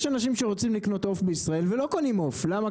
יש אנשים שרוצים לקנות עוף בישראל ולא קונים עוף למה?